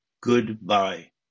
Goodbye